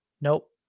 Nope